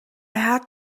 had